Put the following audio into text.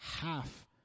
half